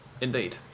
Indeed